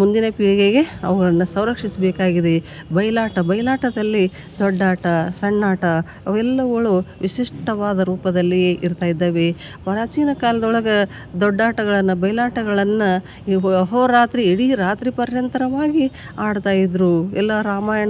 ಮುಂದಿನ ಪೀಳಿಗೆಗೆ ಅವುಗಳನ್ನು ಸಂರಕ್ಷಿಸ್ಬೇಕಾಗಿದೆ ಬಯಲಾಟ ಬಯಲಾಟದಲ್ಲಿ ದೊಡ್ಡಾಟ ಸಣ್ಣಾಟ ಅವೆಲ್ಲವುಗಳು ವಿಶಿಷ್ಟವಾದ ರೂಪದಲ್ಲಿ ಇರ್ತಾಯಿದ್ದಾವೆ ಪ್ರಾಚೀನ ಕಾಲದೊಳಗ ದೊಡ್ಡಾಟಗಳನ್ನು ಬಯಲಾಟಗಳನ್ನ ಈ ಹೋರಾತ್ರಿ ಇಡೀ ರಾತ್ರಿ ಪರ್ಯಂತರವಾಗಿ ಆಡ್ತಾಯಿದ್ದರು ಎಲ್ಲಾ ರಾಮಾಯಣ